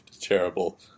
terrible